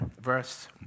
Verse